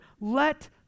let